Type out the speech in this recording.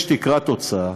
יש תקרת הוצאה,